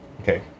Okay